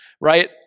right